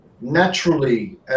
naturally